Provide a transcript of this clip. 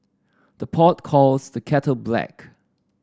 the pot calls the kettle black